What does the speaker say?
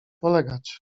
polegać